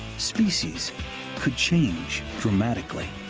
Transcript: species could change dramatically.